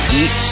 eat